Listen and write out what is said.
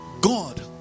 God